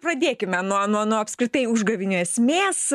pradėkime nuo nuo nuo apskritai užgavėnių esmės